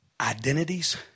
identities